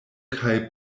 kaj